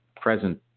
present